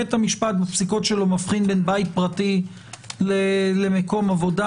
בית המשפט בפסיקות שלו מבחין בין בית פרטי למקום עבודה,